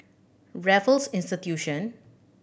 Raffles Institution